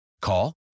Call